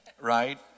Right